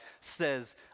says